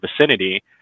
vicinity